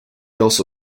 also